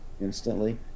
instantly